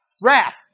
wrath